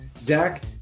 Zach